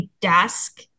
desk